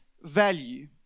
value